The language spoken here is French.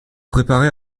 préparer